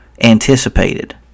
anticipated